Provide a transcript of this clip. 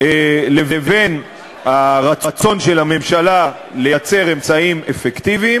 לבין הרצון של הממשלה לייצר אמצעים אפקטיביים